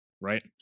right